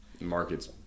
markets